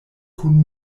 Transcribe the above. kun